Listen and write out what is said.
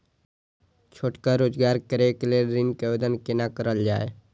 छोटका रोजगार करैक लेल ऋण के आवेदन केना करल जाय?